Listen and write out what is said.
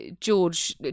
George